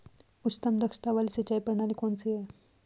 उच्चतम दक्षता वाली सिंचाई प्रणाली कौन सी है?